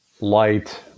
light